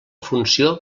funció